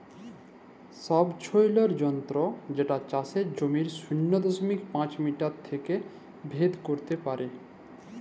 ছবছৈলর যলত্র যেট চাষের জমির শূন্য দশমিক পাঁচ মিটার থ্যাইকে ভেদ ক্যইরতে পারে